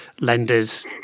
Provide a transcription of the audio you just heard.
lenders